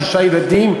שישה ילדים,